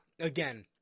again